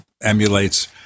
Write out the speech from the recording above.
emulates